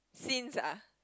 since ah